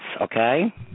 okay